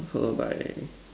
followed by